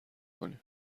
کنیم